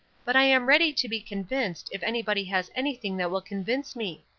but i am ready to be convinced, if anybody has anything that will convince me.